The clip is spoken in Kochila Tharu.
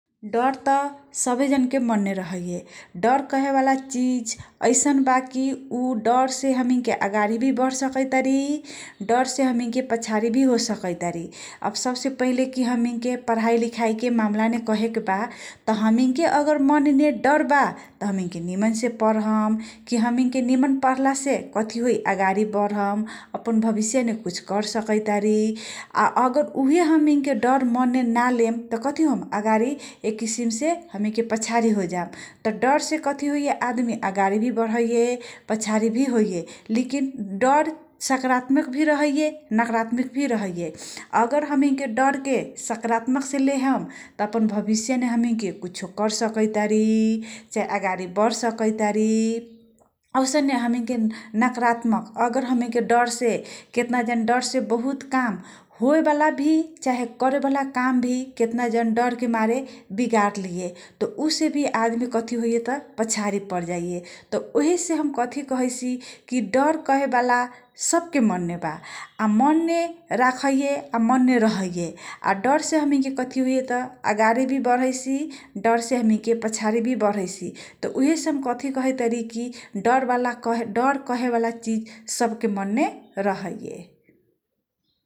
डर सबजनाके मनमे रहैये । डर कहेवाला चीज हैसन बा कि, ऊ डरसे हमैनके अगााडी भि बढ सकैतारी । डरसे हमीनके पछाडी भी होसकिइतबारी । अब सबसे पहिले पढाई लिखाइके मामला मे कहेके बा हमीनके अगर मनमे डर बा हमीन के निमनसे पढम कि हमीनके निम्न पढलासे कथी बा हमीनके अगाडी बढम । भविष्यमे कुस कर सकैतारी । अगर ओही हमैन डर मनमे नलेम तँ कथी होम अगाडी एक किसिमसे हमीनके पछाडी होजाम । डरसे आदमी अगाडी भी बरैये, या पछारी भी होइये । लेकिन डर सकारात्मक भि रहैये, नकारात्मक भी रहैये । अगर हमीनके डरके सकारात्मक से लेहम, तँ अपन भविष्यमे कुशो कर सकैतारी चाहे अगाडी बढ सकैतारी । औसने हमिनके नकारात्मक अगर हमिन के केतना जन डकसे बहुत्त काम होएबाला काम भी केतनाजन डरसे काम विगालेयै । उहेसे भि आदमीके मनमे कथी होइ त, पछारी परजाइये । ओहीसे हम कथी कहैसी, डर कहेवाला सबके मनमे बा । मनमे रखैये, मनमे रहैये । डरसे हमैनके कथी होइये तँ । अगाडी भि बढैसी, डरसे हमैनके पछारी भी होइसी । यीहेसे कथी हम कहैसी, डर कहेवाला चीज, सब के मनमे रहैये ।